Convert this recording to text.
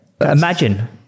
Imagine